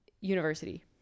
university